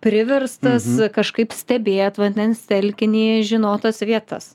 priverstas kažkaip stebėt vandens telkiny žinot tas vietas